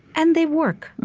and they work.